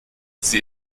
sie